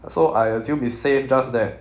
so I assume it's safe just that